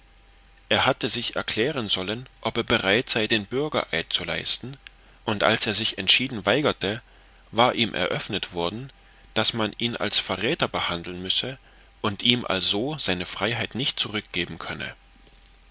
er hatte sich erklären sollen ob er bereit sei den bürgereid zu leisten und als er sich entschieden weigerte war ihm eröffnet worden daß man ihn als verräther behandeln müsse und ihm also seine freiheit nicht zurückgeben könne